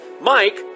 Mike